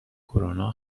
کرونا